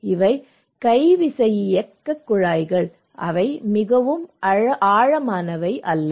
இவை கை விசையியக்கக் குழாய்கள் அவை மிகவும் ஆழமானவை அல்ல